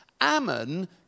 Ammon